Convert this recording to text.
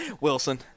Wilson